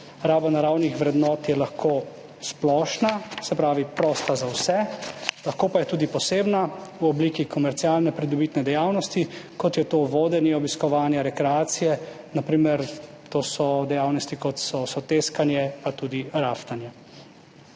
Raba naravnih vrednot je lahko splošna, se pravi prosta za vse, lahko pa je tudi posebna, v obliki komercialne pridobitne dejavnosti, kot je vodenje, obiskovanje rekreacije, to so dejavnosti, kot sta soteskanje pa tudi raftanje.